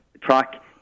track